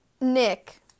Nick